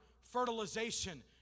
fertilization